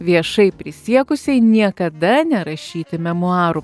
viešai prisiekusiai niekada nerašyti memuarų